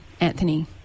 Anthony